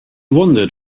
wandered